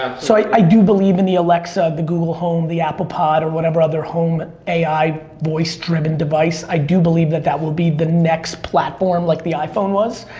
so, i i do believe in the alexa, the google home, the apple pod, or whatever other home ai voice-driven device, i do believe that that will be the next platform like the iphone was.